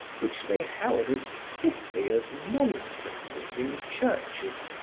which they held as stiffly as monstrances in churches.